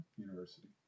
University